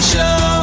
Show